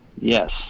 Yes